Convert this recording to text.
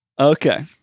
Okay